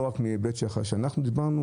לא רק מההיבט שאנחנו הצגנו,